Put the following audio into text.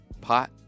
pot